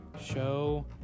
show